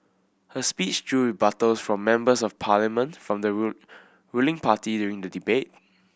her speech drew rebuttals from Members of Parliament from the ruling party during the debate